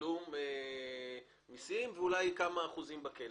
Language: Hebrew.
תשלום מיסים ואולי במקביל היו כמה אנשים בכלא.